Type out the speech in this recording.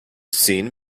scene